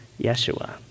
Yeshua